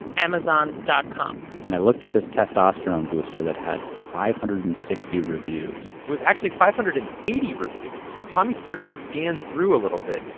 amazon dot com and i looked at this testosterone booster that had five hundred and sixty reviews it was actually five hundred and eighty reviews. tommy starts to scan through a little bit,